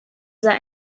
sei